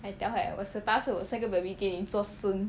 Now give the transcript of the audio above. I tell her eh 我十八岁生一个 baby 给你做孙